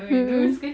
mm mm